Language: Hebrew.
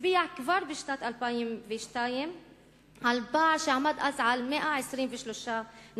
שהצביע כבר בשנת 2002 על פער שעמד אז על 123 נקודות.